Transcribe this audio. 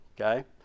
okay